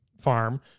farm